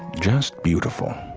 just beautiful,